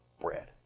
bread